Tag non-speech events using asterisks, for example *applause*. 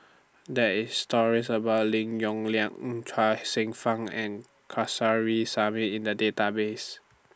There IS stories about Lim Yong Liang *hesitation* Chuang Hsueh Fang and Kamsari Salam in The Database